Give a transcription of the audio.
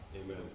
Amen